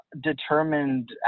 determined